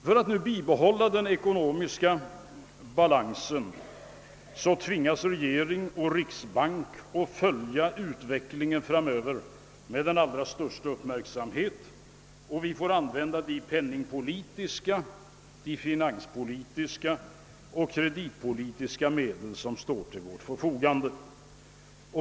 För att bibehålla den ekonomiska balansen tvingas nu regering och riksbank att följa den fortsatta utvecklingen med allra största uppmärksamhet, och vi skall använda de penningpoli tiska, finanspolitiska och kreditpolitiska medel som står till vårt förfogande.